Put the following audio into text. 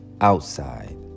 outside